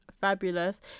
fabulous